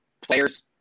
players